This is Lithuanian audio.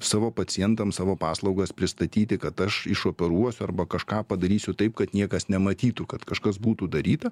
savo pacientams savo paslaugas pristatyti kad aš išoperuosiu arba kažką padarysiu taip kad niekas nematytų kad kažkas būtų daryta